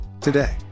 Today